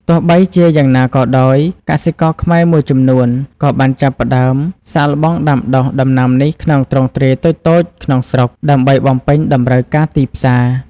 ទោះបីជាយ៉ាងណាក៏ដោយ កសិករខ្មែរមួយចំនួនក៏បានចាប់ផ្តើម សាកល្បងដាំដុះ ដំណាំនេះក្នុងទ្រង់ទ្រាយតូចៗក្នុងស្រុក ដើម្បីបំពេញតម្រូវការទីផ្សារ។